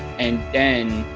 and then